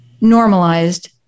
normalized